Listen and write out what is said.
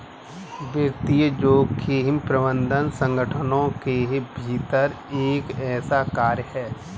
वित्तीय जोखिम प्रबंधन संगठनों के भीतर एक ऐसा कार्य है